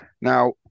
Now